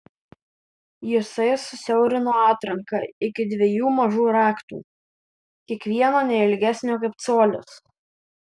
jisai susiaurino atranką iki dviejų mažų raktų kiekvieno ne ilgesnio kaip colis